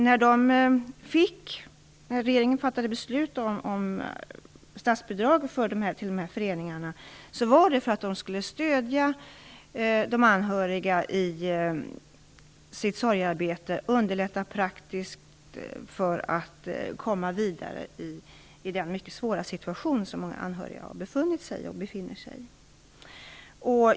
När regeringen fattade beslut om statsbidrag till dessa föreningar var det för att de skulle stödja de anhöriga i deras sorgearbete och underlätta praktiskt för dem att komma vidare i den mycket svåra situation som många anhöriga har befunnit sig i, och fortfarande befinner sig i.